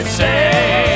say